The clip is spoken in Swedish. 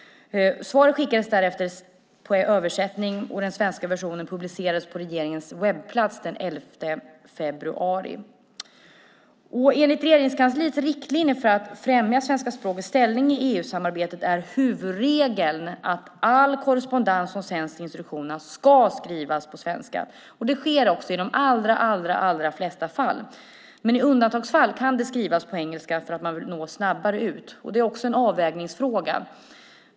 Svaret skickades sedan till översättning, och den svenska versionen publicerades på regeringens webbplats den 11 februari. Enligt Regeringskansliets riktlinjer för att främja svenska språkets ställning i EU-samarbetet är huvudregeln att all korrespondens som sänds till institutionerna ska skrivas på svenska. Det sker också i de allra flesta fall. Men i undantagsfall kan det skrivas på engelska för att nå snabbare ut. Det är också en avvägningsfråga.